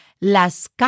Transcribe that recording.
Las